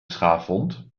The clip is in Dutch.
schaafwond